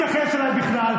ואתה לא מתייחס אליי בכלל,